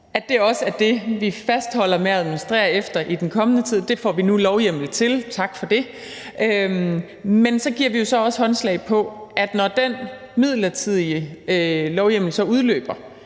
år, også er det, vi fastholder at administrere efter i den kommende tid. Det får vi nu lovhjemmel til – tak for det – men så giver vi jo så også håndslag på, at når den midlertidige lovhjemmel så udløber,